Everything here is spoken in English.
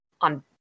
on